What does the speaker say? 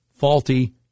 Faulty